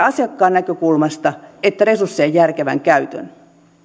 asiakkaan näkökulmasta että resurssien järkevän käytön